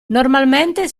normalmente